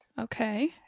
okay